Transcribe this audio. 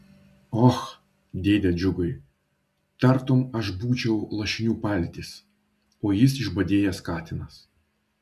och dėde džiugai tartum aš būčiau lašinių paltis o jis išbadėjęs katinas